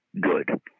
good